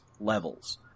levels